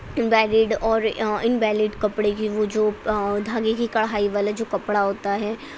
valid اور انویلڈ کپڑے کی وہ جو دھاگے کی کڑھائی والے جو کپڑا ہوتا ہے